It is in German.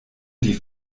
die